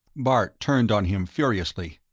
bart turned on him furiously.